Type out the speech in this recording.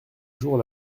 jours